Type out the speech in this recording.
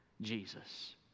Jesus